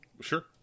Sure